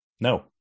No